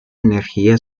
energía